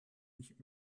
nicht